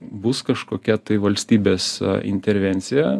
bus kažkokia tai valstybės intervencija